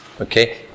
okay